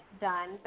done